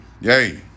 Yay